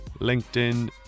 LinkedIn